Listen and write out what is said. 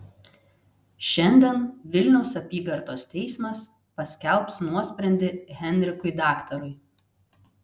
šiandien vilniaus apygardos teismas paskelbs nuosprendį henrikui daktarui